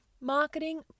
marketing